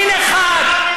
מין אחד,